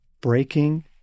breaking